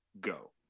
go